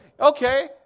Okay